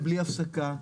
הפסקה.